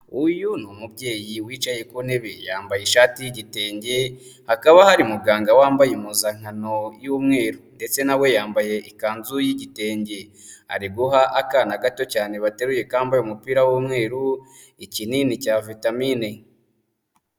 Uyu ni umubyeyi wicaye ku ntebe, yambaye ishati y'igitenge, hakaba hari muganga, wambaye impuzankano y'umweru, ndetse nawe yambaye ikanzu y'igitenge, ari guha akana gato cyane bateruye kambaye umupira w'umweru, ikinini cya vitamine.